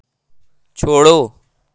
छोड़ो